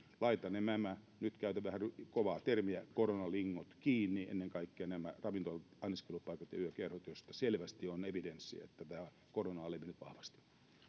laitamme nämä nyt käytän vähän kovaa termiä koronalingot kiinni ennen kaikkea nämä ravintolat anniskelupaikat ja yökerhot joista selvästi on evidenssiä että niistä korona on levinnyt vahvasti